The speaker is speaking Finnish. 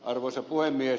arvoisa puhemies